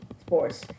sports